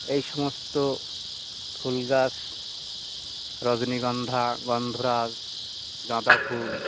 এই সমস্ত ফুল গাছ রজনীগন্ধা গন্ধরাজ গাঁদা ফুল